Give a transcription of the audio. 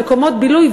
במקומות הבילוי,